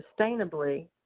sustainably